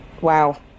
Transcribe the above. Wow